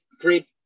great